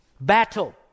battle